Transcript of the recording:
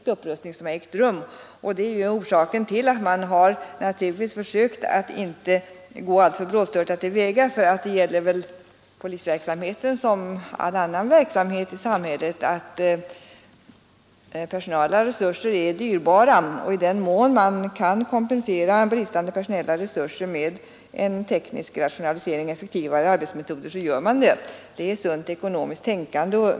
Den upprustningen sär orsaken till att man har försökt att inte gå alltför brådstörtat fram. I polisverksamheten som i all annan verksamhet i samhället är personalresurserna dyrbara, och i den mån man kan kompensera dem med en teknisk rationalisering och med effektivare arbetsmetoder gör man det. Det är sunt ekonomiskt tänkande.